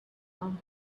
own